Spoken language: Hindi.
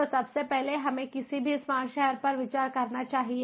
तो सबसे पहले हमें किसी भी स्मार्ट शहर पर विचार करना चाहिए